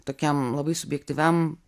tokiam labai subjektyviam